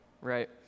right